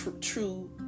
true